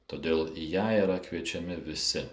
todėl į ją yra kviečiami visi